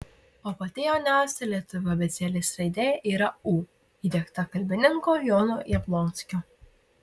o pati jauniausia lietuvių abėcėlės raidė yra ū įdiegta kalbininko jono jablonskio